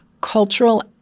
cultural